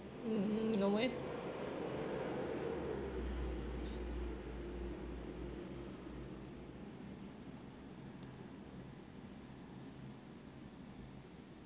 mm no eh